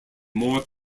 more